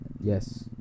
Yes